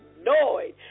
annoyed